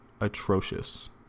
atrocious